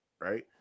right